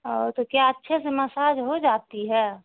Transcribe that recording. او تو کیا اچھے سے مساج ہو جاتی ہے